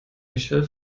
michelle